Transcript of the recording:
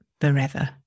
forever